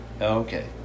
okay